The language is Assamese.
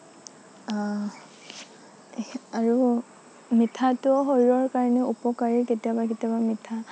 আৰু মিঠাটোও শৰীৰৰ কাৰণে উপকাৰী কেতিয়াবা কেতিয়াবা মিঠা